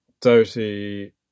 Doty